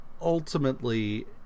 ultimately